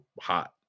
hot